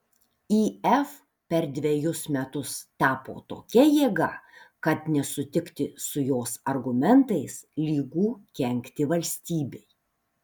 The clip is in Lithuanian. if per dvejus metus tapo tokia jėga kad nesutikti su jos argumentais lygu kenkti valstybei